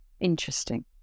interesting